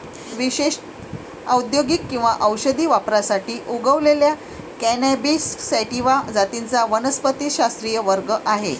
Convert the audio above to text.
विशेषत औद्योगिक किंवा औषधी वापरासाठी उगवलेल्या कॅनॅबिस सॅटिवा जातींचा वनस्पतिशास्त्रीय वर्ग आहे